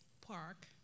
Park